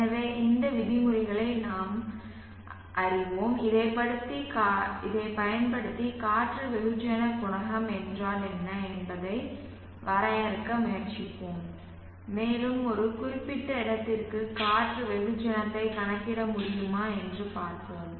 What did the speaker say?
எனவே இந்த விதிமுறைகளை நாங்கள் அறிவோம் இதைப் பயன்படுத்தி காற்று வெகுஜன குணகம் என்றால் என்ன என்பதை வரையறுக்க முயற்சிப்போம் மேலும் ஒரு குறிப்பிட்ட இடத்திற்கு காற்று வெகுஜனத்தை கணக்கிட முடியுமா என்று பார்ப்போம்